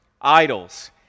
idols